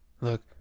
Look